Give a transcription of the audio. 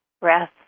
breath